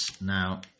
Now